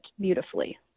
beautifully